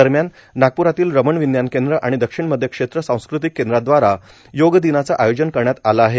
दरम्यान नागप्रातील रमण विज्ञान केंद्र आणि दक्षिण मध्य क्षेत्र सांस्कृतिक केंद्रांदवारा योग दिनाचं आयोजन करण्यात आलं आहे